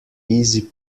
easy